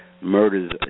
murders